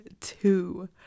two